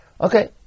Okay